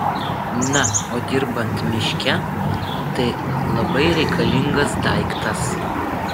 na o dirbant miške tai labai reikalingas daiktas